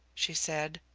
she said,